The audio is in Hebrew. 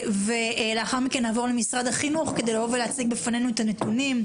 לאחר מכן נעבור למשרד החינוך שיציג בפנינו את הנתונים,